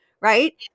right